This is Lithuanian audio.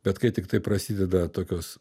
bet kai tik tai prasideda tokios